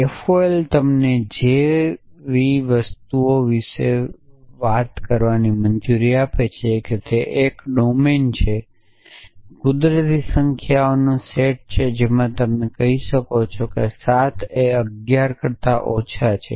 FOL તમને તે જેવી વસ્તુઓ વિશે વાત કરવાની મંજૂરી આપે છે કે તે એક ડોમેન છે કુદરતી સંખ્યાઓનો સેટ છે જેમાં તમે કહો છો 7 એ 11 કરતાં ઓછા છે